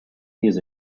years